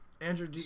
Andrew